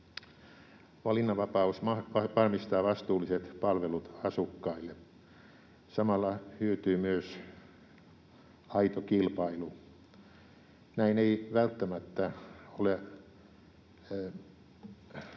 Valinnanvapaus varmistaa vastuulliset palvelut asukkaille. Samalla hyötyy myös aito kilpailu. Näin ei välttämättä ole